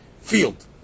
field